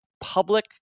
public